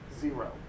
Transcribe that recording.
zero